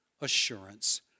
assurance